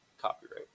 copyright